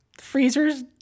freezers